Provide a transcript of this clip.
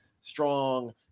strong